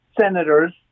Senators